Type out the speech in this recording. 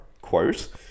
quote